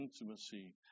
intimacy